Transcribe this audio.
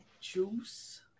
Juice